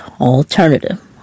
alternative